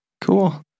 Cool